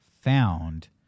found